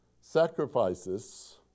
sacrifices